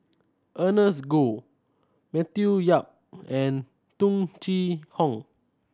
Ernest Goh Matthew Yap and Tung Chye Hong